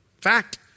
Fact